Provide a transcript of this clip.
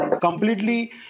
completely